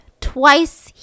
twice